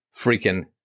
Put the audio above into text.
freaking